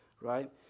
right